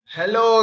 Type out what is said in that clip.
Hello